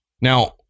Now